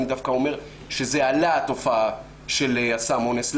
אני דווקא אומר שהתופעה של סם האונס עלתה.